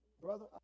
brother